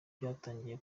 byatangiye